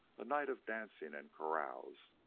a night of dancing and carouse,